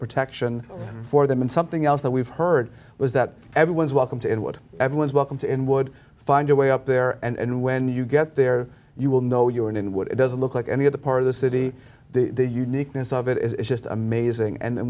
protection for them and something else that we've heard was that everyone's welcome to it what everyone's welcome to in would find a way up there and when you get there you will know you're in what it doesn't look like any other part of the city the uniqueness of it it's just amazing and then